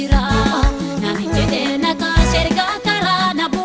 no no no no